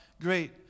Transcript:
great